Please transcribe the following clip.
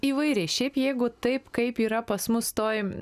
įvairiais šiaip jeigu taip kaip yra pas mus toj